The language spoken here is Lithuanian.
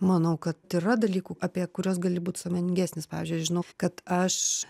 manau kad yra dalykų apie kuriuos gali būt sąmoningesnis pavyzdžiui aš žinau kad aš